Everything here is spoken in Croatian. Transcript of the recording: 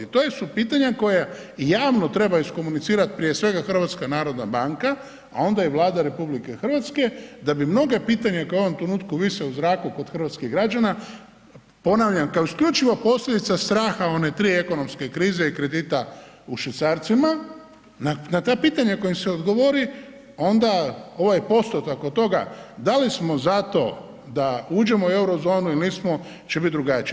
To su pitanja koja i javno treba iskomunicirati prije svega HNB a onda i Vlada RH da bi mnoga pitanja koja u ovom trenutku vise u zraku kod hrvatskih građana, ponavljam kao isključivo posljedica straha one tri ekonomske krize i kredita u švicarcima, na ta pitanja na koja im se odgovori onda ovaj postotak od toga da li smo za to da uđemo u Eurozonu ili nismo će biti drugačije.